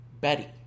Betty